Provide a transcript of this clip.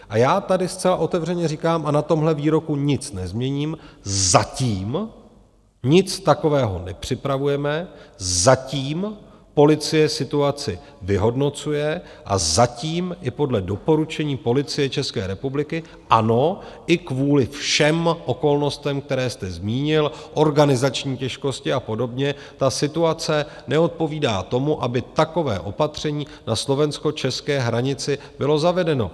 A já tady zcela otevřeně říkám a na tomhle výroku nic nezměním: zatím nic takového nepřipravujeme, zatím policie situaci vyhodnocuje a zatím i podle doporučení Policie České republiky, ano, i kvůli všem okolnostem, které jste zmínil, organizační těžkosti a podobně ta situace neodpovídá tomu, aby takové opatření na slovenskočeské hranici bylo zavedeno.